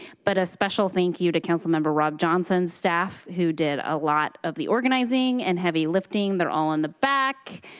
but a special thank you to answer member rob johnson staff who did a lot of the organizing and heavy lifting, they are all in the back,